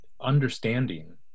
understanding